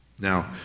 now